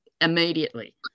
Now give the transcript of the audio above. immediately